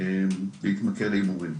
מפסיקים להתמכר להימורים.